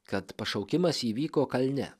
kad pašaukimas įvyko kalne